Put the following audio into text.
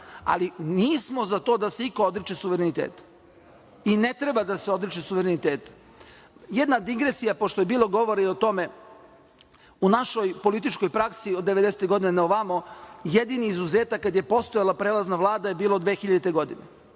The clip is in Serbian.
ali nismo za to da se iko odriče suvereniteta i ne treba da se odriče suvereniteta. Jedna digresija, pošto je bilo govora i o tome u našoj političkoj praksi od devedesetih godine na ovamo, jedini izuzetak kada je postojala prelazna vlada je bilo 2000. godine,